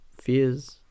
fears